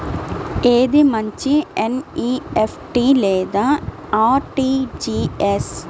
ఏది మంచి ఎన్.ఈ.ఎఫ్.టీ లేదా అర్.టీ.జీ.ఎస్?